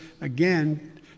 again